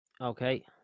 Okay